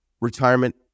retirement